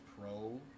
pro